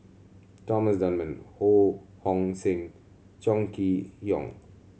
Thomas Dunman Ho Hong Sing Chong Kee Hiong